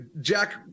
Jack